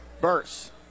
Burst